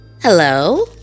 Hello